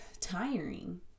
tiring